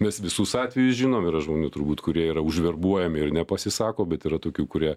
mes visus atvejus žinom yra žmonių turbūt kurie yra užverbuojami ir nepasisako bet yra tokių kurie